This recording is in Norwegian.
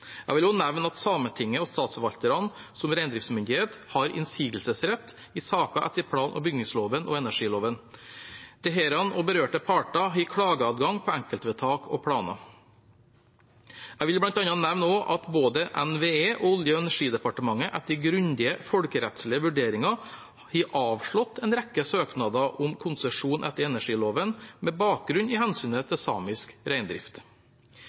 Jeg vil også nevne at Sametinget og statsforvalterne som reindriftsmyndighet har innsigelsesrett i saker etter plan- og bygningsloven og energiloven. Disse og berørte parter har klageadgang på enkeltvedtak og planer. Jeg vil bl.a. også nevne at både NVE og Olje- og energidepartementet etter grundige folkerettslige vurderinger har avslått en rekke søknader om konsesjon etter energiloven med bakgrunn i hensynet til samisk reindrift.